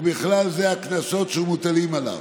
ובכלל זה הקנסות שמוטלים עליו.